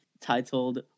titled